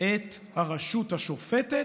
את הרשות השופטת,